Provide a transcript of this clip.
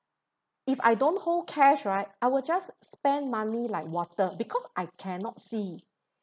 if I don't hold cash right I will just spend money like water because I cannot see